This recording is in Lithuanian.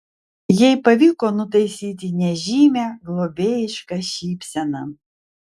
jai pavyko nutaisyti nežymią globėjišką šypseną